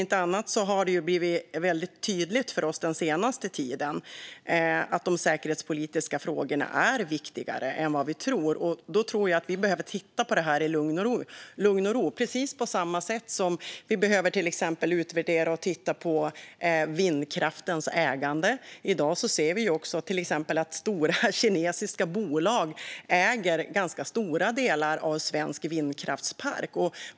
Det har ju blivit väldigt tydligt för oss den senaste tiden att de säkerhetspolitiska frågorna är viktigare än vi tror, och då tror jag att vi behöver titta på detta i lugn och ro - precis på samma sätt som vi behöver utvärdera och titta på exempelvis vindkraftens ägande. I dag ser vi att stora kinesiska bolag äger ganska stora delar av svensk vindkraftspark.